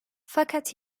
fakat